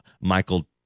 Michael